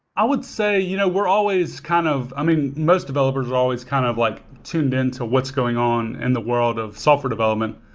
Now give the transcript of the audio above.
i would say you know we're always kind of um most developers are always kind of like tuned in to what's going on in the world of software development.